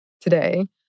today